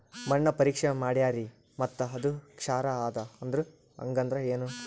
ಮಣ್ಣ ಪರೀಕ್ಷಾ ಮಾಡ್ಯಾರ್ರಿ ಮತ್ತ ಅದು ಕ್ಷಾರ ಅದ ಅಂದ್ರು, ಹಂಗದ್ರ ಏನು?